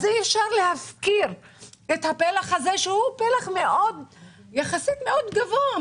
אי אפשר להפקיר את הפלח הזה שהוא פלח יחסית מאוד גבוה.